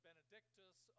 Benedictus